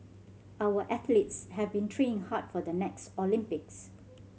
our athletes have been training hard for the next Olympics